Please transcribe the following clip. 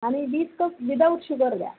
आणि वीस cup without sugar द्या